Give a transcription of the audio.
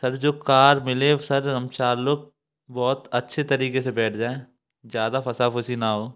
sir जो car मिले sir हम चार लोग बहुत अच्छे तरीके से बैठ जाएँ ज्यादा फसा फुसी न हो